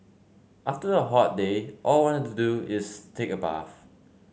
after a hot day all I want to do is take a bath